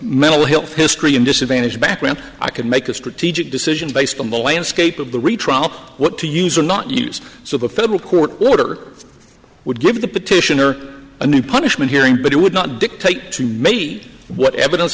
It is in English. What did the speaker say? mental health history in disadvantaged background i could make a strategic decision based on the landscape of the retrial what to use or not use so the federal court order would give the petitioner a new punishment hearing but it would not dictate to me what evidence